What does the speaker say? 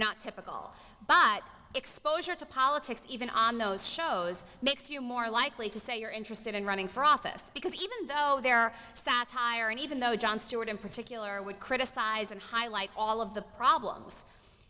not typical but exposure to politics even on those shows makes you more likely to say you're interested in running for office because even though they're satire and even though jon stewart in particular would criticize and highlight all of the problems